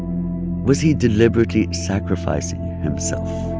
was he deliberately sacrificing himself?